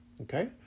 okay